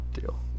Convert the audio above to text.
deal